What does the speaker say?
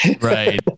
Right